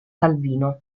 calvino